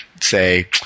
say